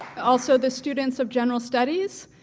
also, the students of general studies,